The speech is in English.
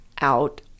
out